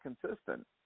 consistent